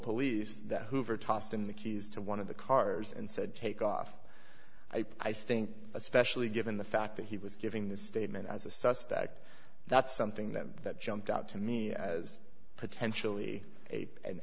police that hoover tossed in the keys to one of the cars and said take off i think especially given the fact that he was giving this statement as a suspect that's something that that jumped out to me as potentially